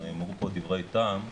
ונאמרו פה דברי טעם.